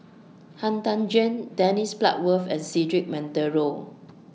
Han Tan Juan Dennis Bloodworth and Cedric Monteiro